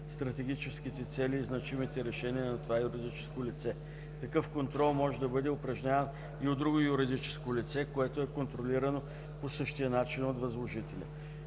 стратегическите цели и значимите решения на това юридическо лице. Такъв контрол може да бъде упражняван и от друго юридическо лице, което е контролирано по същия начин от възложителя.